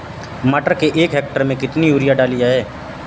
मटर के एक हेक्टेयर में कितनी यूरिया डाली जाए?